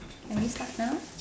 can we start now